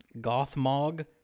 Gothmog